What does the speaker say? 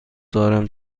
دارم